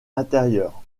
intérieur